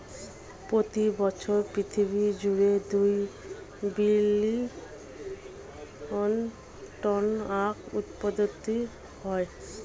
প্রতি বছর পৃথিবী জুড়ে দুই বিলিয়ন টন আখ উৎপাদিত হয়